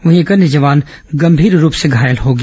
वहीं एक अन्य जवान गंभीर रूप से घायल हो गया